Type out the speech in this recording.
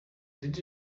did